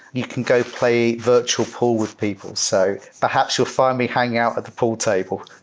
you can go play virtual pool with people. so perhaps you'll find me hanging out with the pool table.